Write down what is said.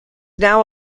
now